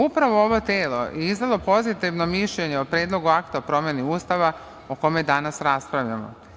Upravo ovo telo je iznelo pozitivno mišljenje o Predlogu akta o promeni Ustava o kome danas raspravljamo.